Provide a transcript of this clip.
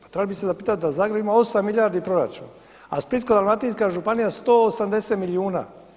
Pa trebali biste se zapitati da Zagreb ima 8 milijardi proračun, a Splitsko-dalmatinska županija 180 milijuna.